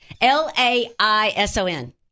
L-A-I-S-O-N